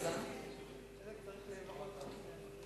הצדק צריך להיראות.